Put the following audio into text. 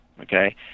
okay